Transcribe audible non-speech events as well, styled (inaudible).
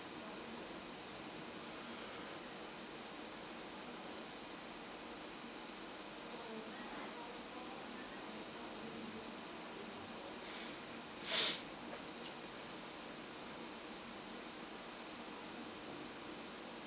(breath)